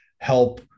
help